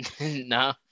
No